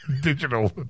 Digital